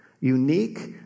unique